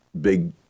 big